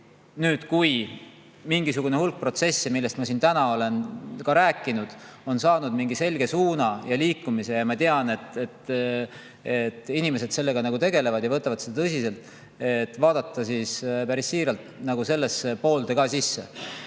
nüüd, kui mingisugune osa protsesse, millest ma siin täna olen ka rääkinud, on saanud selge suuna ja liikumise ning ma tean, et inimesed sellega tegelevad ja võtavad seda tõsiselt, vaatame päris siiralt sellesse poolde ka sisse.